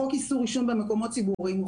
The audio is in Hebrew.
חוק איסור עישון במקומות ציבוריים הוא